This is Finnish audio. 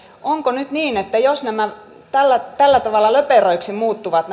onko nyt niin että jos nämä yhtiöiden toiminnat tällä tavalla löperöiksi muuttuvat